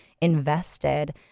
invested